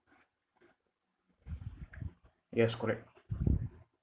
yes correct